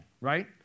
right